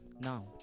Now